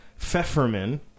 Pfefferman